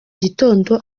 gitondo